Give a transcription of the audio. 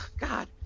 God